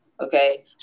Okay